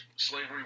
Slavery